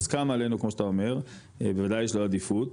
הוא מוסכם עלינו כמו שאתה אומר ובוודאי יש לו עדיפות,